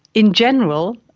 in general,